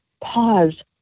pause